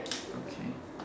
okay